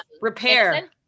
repair